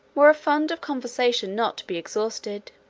were a fund of conversation not to be exhausted.